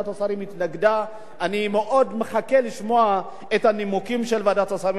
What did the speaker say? אני מאוד מחכה לשמוע את הנימוקים של ועדת השרים לענייני חקיקה.